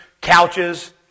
couches